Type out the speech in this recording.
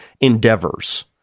endeavors